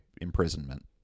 imprisonment